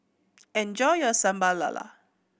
enjoy your Sambal Lala